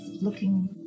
looking